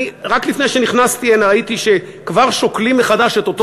רק לפני שנכנסתי הנה ראיתי שכבר שוקלים מחדש את אותו